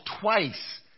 twice